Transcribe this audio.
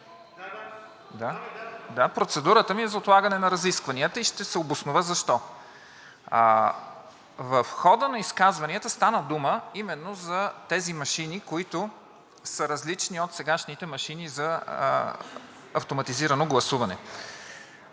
Да, процедурата ми е за отлагане на разискванията и ще се обоснова защо. В хода на изказванията стана дума именно за тези машини, които са различни от сегашните машини за автоматизирано гласуване.